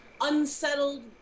unsettled